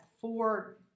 four